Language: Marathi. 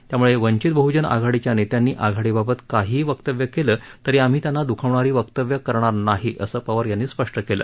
त्यामुळे वंचित बहुजन आघाडीच्या नेत्यांनी आघाडीबाबत काहीही वक्तव्य केलं तरी आम्ही त्यांना दुखावणारी वक्तव्य देणार नाही असं पवार यांनी स्पष्ट केलं